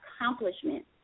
accomplishments